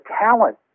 talent